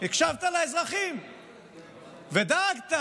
הקשבת לאזרחים ודאגת.